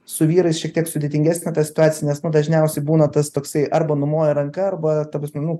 su vyrais šiek tiek sudėtingesnė ta situacija nes nu dažniausia būna tas toksai arba numoja ranka arba ta prasme nu